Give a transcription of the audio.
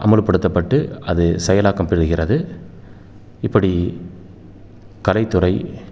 அமல்படுத்தப்பட்டு அது செயலாக்கம் பெறுகிறது இப்படி கலைத்துறை